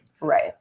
Right